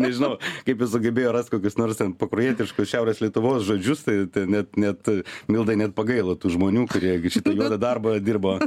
nežinau kaip jis sugebėjo rast kokius nors ten pakruojietiškus šiaurės lietuvos žodžius tai net net mildai net pagailo tų žmonių kurie šitą juodą darbą dirba